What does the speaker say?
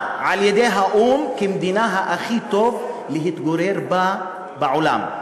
על-ידי האו"ם כמדינה שהכי טוב להתגורר בה בעולם.